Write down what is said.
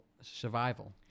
survival